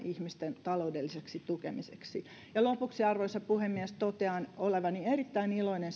ihmisten taloudelliseksi tukemiseksi lopuksi arvoisa puhemies totean olevani erittäin iloinen